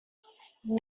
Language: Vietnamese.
liền